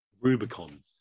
Rubicon